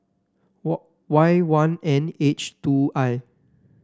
Y one N H two I